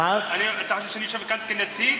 אתה חושב שאני יושב כאן כנציג?